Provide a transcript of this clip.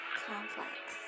complex